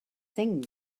sing